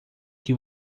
que